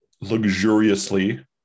luxuriously